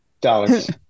dollars